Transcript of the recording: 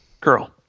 girl